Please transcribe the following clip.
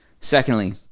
secondly